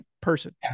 person